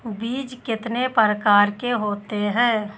बीज कितने प्रकार के होते हैं?